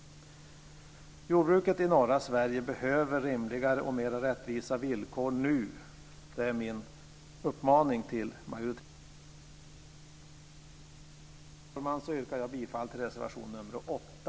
Jordbruket i norra Sverige behöver rimligare och mera rättvisa villkor nu. Det är min uppmaning till majoriteten. Med det anförda, fru talman, yrkar jag bifall till reservation nr 8.